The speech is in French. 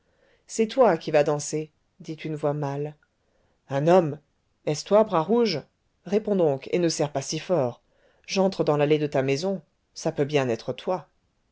c'est toi qui vas danser dit une voix mâle un homme est-ce toi bras rouge réponds donc et ne serre pas si fort j'entre dans l'allée de ta maison ça peut bien être toi